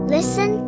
Listen